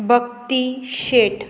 भक्ती शेट